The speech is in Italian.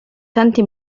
tanti